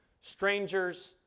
strangers